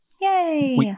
yay